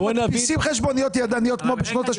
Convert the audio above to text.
מדפיסים חשבוניות ידניות כמו בשנות ה-70.